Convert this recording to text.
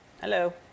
Hello